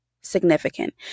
significant